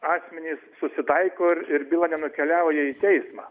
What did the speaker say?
asmenys susitaiko ir ir byla nenukeliauja į teismą